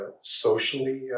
socially